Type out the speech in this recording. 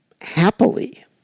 happily